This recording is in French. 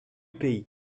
pays